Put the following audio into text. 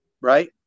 right